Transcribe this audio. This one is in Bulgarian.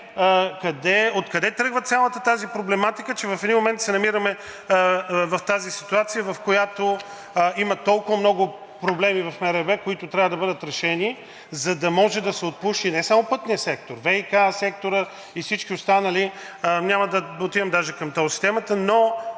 откъде тръгва цялата тази проблематика, че в един момент се намираме в тази ситуация, в която има толкова много проблеми в МРРБ, които трябва да бъдат решени, за да може да се отпуши не само пътният сектор, ВиК секторът и всички останали, няма да отивам даже към тол системата, но